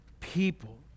people